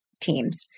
teams